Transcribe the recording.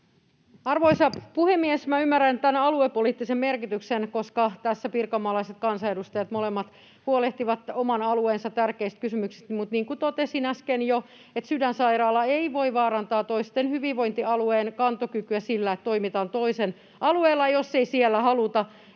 Arvoisa puhemies! Minä ymmärrän tämän aluepoliittisen merkityksen, koska tässä pirkanmaalaiset kansanedustajat, molemmat, huolehtivat oman alueensa tärkeistä kysymyksistä, mutta niin kuin totesin jo äsken, Sydänsairaala ei voi vaarantaa toisen hyvinvointialueen kantokykyä sillä, että toimitaan toisen alueella, jos ei siellä haluta, että